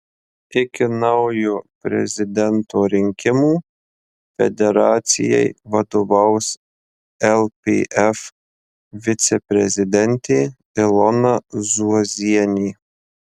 iki naujo prezidento rinkimų federacijai vadovaus lpf viceprezidentė ilona zuozienė